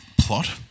plot